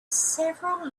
several